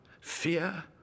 fear